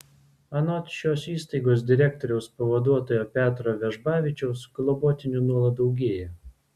anot šios įstaigos direktoriaus pavaduotojo petro vežbavičiaus globotinių nuolat daugėja